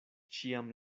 ĉiam